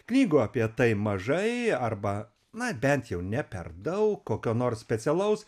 knygų apie tai mažai arba na bent jau ne per daug kokio nors specialaus